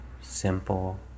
simple